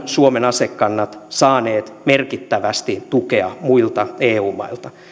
suomen asekannat saaneet merkittävästi tukea muilta eu mailta